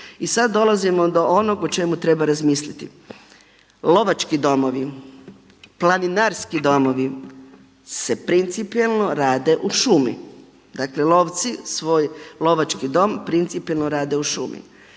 I sada dolazimo do onog o čemu treba razmisliti. Lovački domovi, planinarski domovi se principijelno rade u šumi. Dakle lovci svoj lovački dom principijelno rade u šumi.